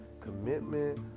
commitment